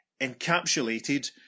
encapsulated